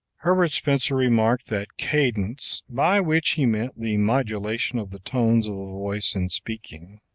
herbert spencer remarked that cadence by which he meant the modulation of the tones of the voice in speaking